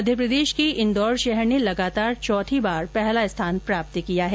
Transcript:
मध्यप्रदेश के इन्दौर शहर ने लगातार चौथी बार पहला स्थान प्राप्त किया है